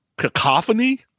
cacophony